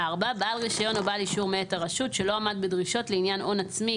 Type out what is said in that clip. בעל רישיון או בעל אישור מאת הרשות שלא עמד בדרישות לעניין הון עצמי,